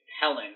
Helen